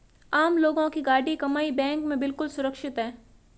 आम लोगों की गाढ़ी कमाई बैंक में बिल्कुल सुरक्षित है